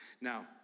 now